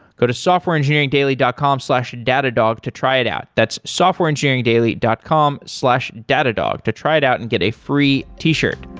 go to softwareengineeringdaily dot com slash datadog to try it out. that's softwareengineeringdaily dot com slash datadog to try it out and get a free t-shirt.